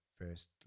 first